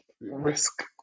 risk